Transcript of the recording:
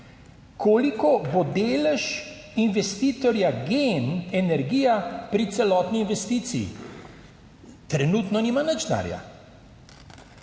Koliko bo delež investitorja GEN energija pri celotni investiciji? Trenutno nima nič denarja.